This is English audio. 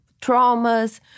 traumas